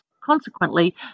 consequently